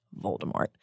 Voldemort